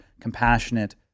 compassionate